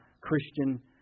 Christian